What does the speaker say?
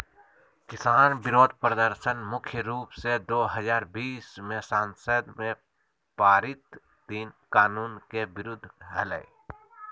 किसान विरोध प्रदर्शन मुख्य रूप से दो हजार बीस मे संसद में पारित तीन कानून के विरुद्ध हलई